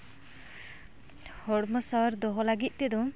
ᱦᱚᱲᱢᱚ ᱥᱟᱶᱟᱨ ᱫᱚᱦᱚ ᱞᱟᱹᱜᱤᱫ ᱛᱮᱫᱚ